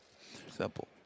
Simple